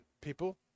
people